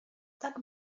tak